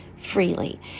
freely